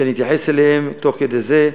ואני אתייחס אליהן תוך כדי זה,